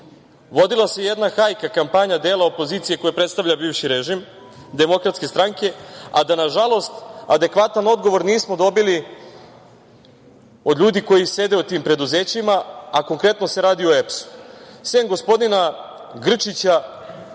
vodila se jedna hajka, kampanja dela opozicije koji predstavlja bivši režim, DS, a da nažalost, adekvatan odgovor nismo dobili od ljudi koji sede u tim preduzećima, a konkretno se radi o EPS-u, sem gospodina Grčića,